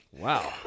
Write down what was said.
Wow